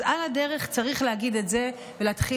אז על הדרך צריך להגיד את זה ולהתחיל